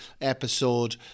episode